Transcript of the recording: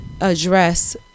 address